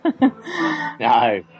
no